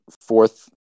fourth